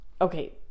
Okay